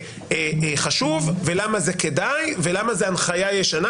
חשוב ולמה זה כדאי ולמה זו הנחיה ישנה,